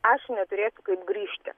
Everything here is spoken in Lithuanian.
aš neturėsiu kaip grįžti